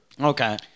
Okay